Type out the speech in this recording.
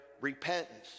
repentance